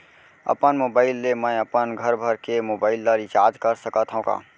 अपन मोबाइल ले मैं अपन घरभर के मोबाइल ला रिचार्ज कर सकत हव का?